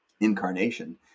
incarnation